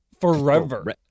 Forever